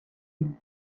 and